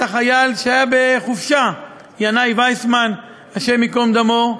את החייל שהיה בחופשה, ינאי ויסמן, השם ייקום דמו,